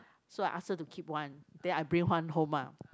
so I ask her to keep one then I bring one home ah